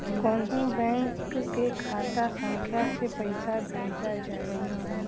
कौन्हू बैंक के खाता संख्या से पैसा भेजा जाई न?